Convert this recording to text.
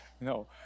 no